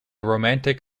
romantic